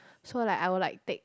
so like I would like take